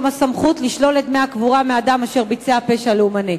סמכות לשלול את דמי הקבורה של אדם אשר ביצע פשע לאומני.